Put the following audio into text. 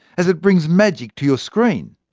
as it brings magic to your screen.